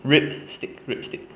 rib stick rib stick